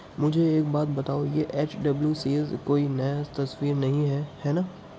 مجھے ایک بات بتاؤ یہ ایچ ڈبلیو سیز کوئی نیا تصویر نہیں ہیں ہے نا